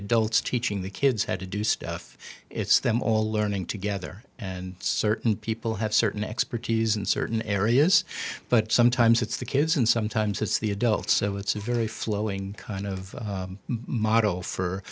adults teaching the kids have to do stuff it's them all learning together and certain people have certain expertise in certain areas but sometimes it's the kids and sometimes it's the adults so it's a very flowing kind of model for